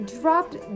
dropped